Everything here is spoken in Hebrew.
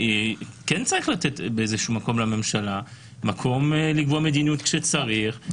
כן צריך לתת באיזשהו מקום לממשלה אפשרות לקבוע מדיניות כשצריך.